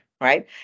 right